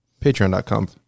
patreon.com